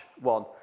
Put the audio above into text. one